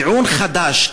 טיעון חדש,